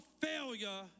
failure